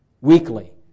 weekly